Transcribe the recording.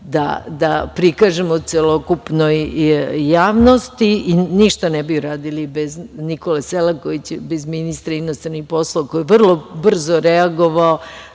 da prikažemo celokupnoj javnosti. Ništa ne bismo uradili bez Nikole Selakovića, bez ministra inostranih poslova, koji je vrlo brzo reagovao